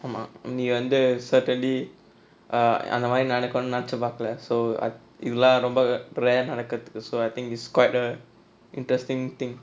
ஆமா இன்னி வந்து:aamaa inni vanthu certainly அந்தமாரி நடக்குனு நினைச்சு பாக்கல:anthamaari nadakkunu ninaichu paakkala so இதெல்லாம் ரொம்ப குறையா நடக்குறது:ithellaam romba kuraiyaa nadakkurathu so I think is quite a interesting thing